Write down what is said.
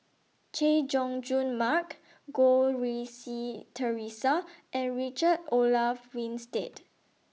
Chay Jung Jun Mark Goh Rui Si Theresa and Richard Olaf Winstedt